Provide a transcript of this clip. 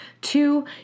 Two